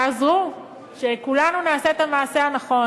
תעזרו שכולנו נעשה את המעשה הנכון.